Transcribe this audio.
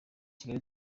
kigali